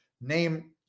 name